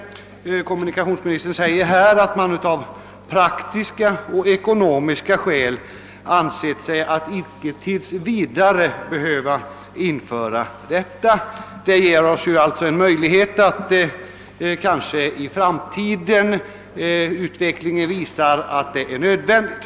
Kommunikationsministern säger emellertid att man av praktiska och ekonomiska skäl ansett sig tills vidare icke böra införa detta. Det ger oss alltså en möjlighet till ändring, om utvecklingen i framtiden visar att det är nödvändigt.